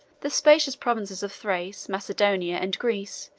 the spacious provinces of thrace, macedonia, and greece,